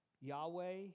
Yahweh